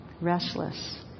restless